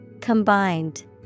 Combined